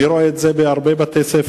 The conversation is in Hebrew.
אני רואה את זה בהרבה בתי-ספר,